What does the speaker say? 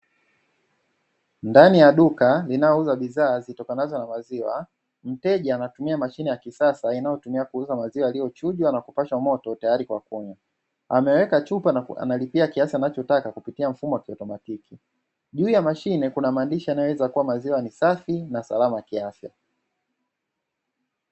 Ndani ya duka linayouza bidhaa zitokanazo na maziwa mteja anatumia mashine ya kisasa inayotumia kuuza maziwa yaliyochujwa na kupasha moto tayari kwa kunywa ameweka chupa na analipia kiasi anachotaka kupitia mfumo wa kiautomantiki juu ya mashine kuna maandishi yanaweza kuwa maziwa ni safi na salama kiafya